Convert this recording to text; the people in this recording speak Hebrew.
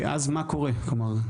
מה קורה אז?